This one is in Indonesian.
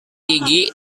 gigi